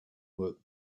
work